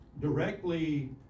directly